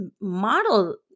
model